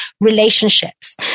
relationships